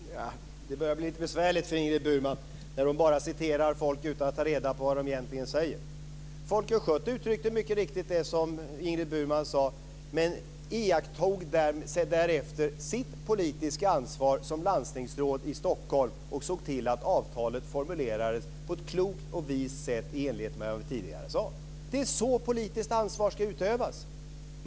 Fru talman! Det börjar bli lite besvärligt för Ingrid Burman när hon bara citerar folk utan att ta reda på vad de egentligen säger. Folke Schött uttryckte mycket riktigt det som Ingrid Burman sade men tog sedan sitt politiska ansvar som landstingsråd i Stockholm och såg till att avtalet formulerades på ett klokt och vist sätt i enligt med vad jag tidigare sade. Det är så politiskt ansvar ska utövas.